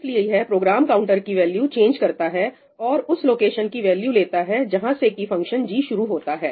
इसलिए यह program counter की वैल्यू चेंज करता है और उस लोकेशन की वैल्यू लेता है जहां से की फंक्शन g शुरू होता है